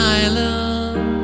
island